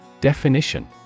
Definition